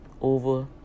over